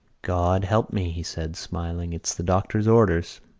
god help me, he said, smiling, it's the doctor's orders.